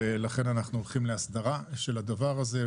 ולכן אנחנו הולכים להסדרה של הדבר הזה.